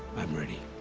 i'm ready.